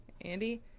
Andy